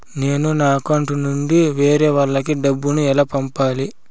నేను నా అకౌంట్ నుండి వేరే వాళ్ళకి డబ్బును ఎలా పంపాలి?